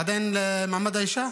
את עדיין למעמד האישה?